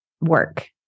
work